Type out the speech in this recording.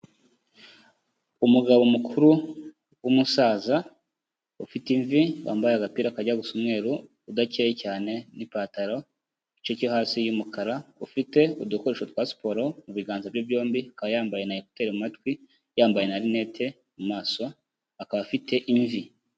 Umugabo mukuru w'umusaza, ufite imvi wambaye agapira kajya gusa umweru udakeye cyane n'ipantaro mu igice cyo hasi y'umukara, ufite udukoresho twa siporo mu biganza bye byombi akaba yambaye na ekuteri mu matwi, yambaye ma lunette mu maso, akaba afite imvi.